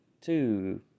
two